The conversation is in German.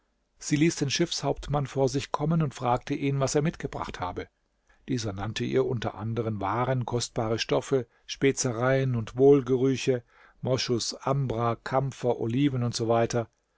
sie ließ den schiffshauptmann vor sich kommen und fragte ihn was er mitgebracht habe dieser nannte ihr unter anderen waren kostbare stoffe spezereien und wohlgerüche moschus ambra kampfer oliven u